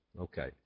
Okay